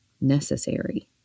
necessary